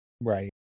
Right